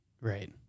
Right